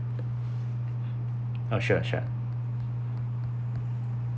oh sure sure